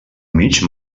mig